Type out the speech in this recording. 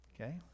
okay